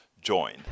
join